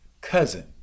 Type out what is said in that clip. cousin